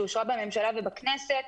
שאושרה בממשלה ובכנסת,